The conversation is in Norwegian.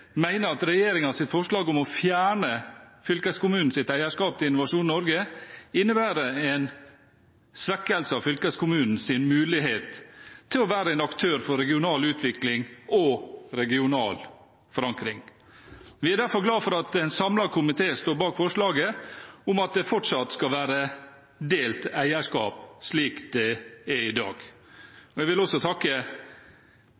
at regjeringens forslag om å fjerne fylkeskommunens eierskap til Innovasjon Norge innebærer en svekkelse av fylkeskommunens mulighet til å være en aktør for regional utvikling og regional forankring. Vi er derfor glade for at en samlet komité står bak forslaget om at det fortsatt skal være delt eierskap, slik det er i dag.